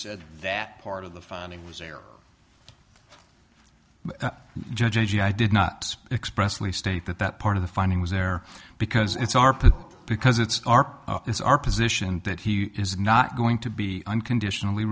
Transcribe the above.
said that part of the founding was there judge i did not expressly state that that part of the funding was there because it's our part because it's our it's our position that he is not going to be unconditionally